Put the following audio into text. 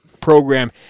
program